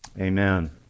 Amen